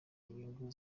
inyungu